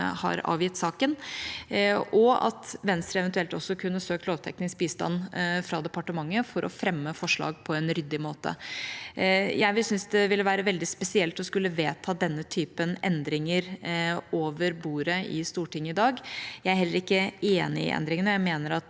Venstre kunne eventuelt også søkt lovteknisk bistand fra departementet for å fremme forslag på en ryddig måte. Jeg syns det ville vært veldig spesielt å skulle vedta denne typen endringer over bordet i Stortinget i dag. Jeg er heller ikke enig i endringene.